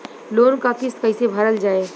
Loan क किस्त कैसे भरल जाए?